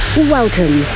Welcome